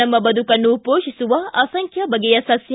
ನಮ್ಮ ಬದುಕನ್ನು ಪೋಷಿಸುವ ಅಸಂಖ್ಯ ಬಗೆಯ ಸಸ್ಯ